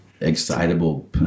excitable